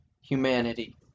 humanity